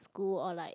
school or like